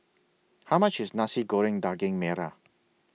How much IS Nasi Goreng Daging Merah